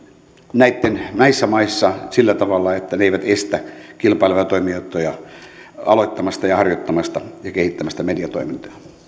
näissä maissa sillä tavalla että ne eivät estä kilpailevia toimijoita aloittamasta harjoittamasta ja kehittämästä mediatoimintoja